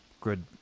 Good